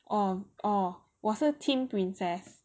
oh oh 我是 team princess